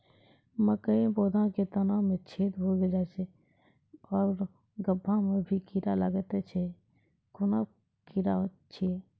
मकयक पौधा के तना मे छेद भो जायत छै आर गभ्भा मे भी कीड़ा लागतै छै कून कीड़ा छियै?